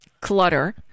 clutter